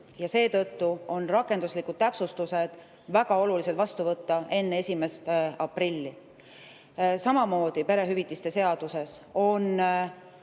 ja seetõttu on rakenduslikud täpsustused väga olulised vastu võtta enne 1. aprilli. Samamoodi on perehüvitiste seaduses